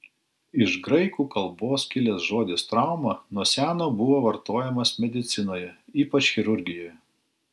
iš graikų kalbos kilęs žodis trauma nuo seno buvo vartojamas medicinoje ypač chirurgijoje